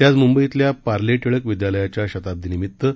ते आज मुंबईतल्या पार्ले टिळक विद्यालयाच्या शताब्दीनिमित्त